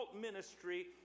ministry